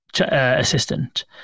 assistant